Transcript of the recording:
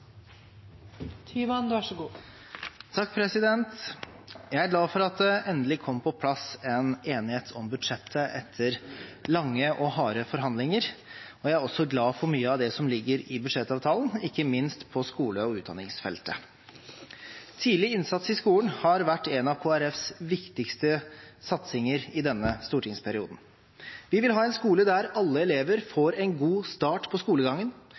mill. kr. Så det er absolutt ingen grunn til å seia at det er eit dårleg opplegg som kommunepolitikarane no skal prioritera ut frå. Jeg er glad for at det endelig kom på plass en enighet om budsjettet etter lange og harde forhandlinger, og jeg er også glad for mye av det som ligger i budsjettavtalen, ikke minst på skole- og utdanningsfeltet. Tidlig innsats i skolen har vært en av Kristelig Folkepartis viktigste satsinger i denne stortingsperioden. Vi vil ha en skole